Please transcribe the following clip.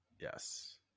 Yes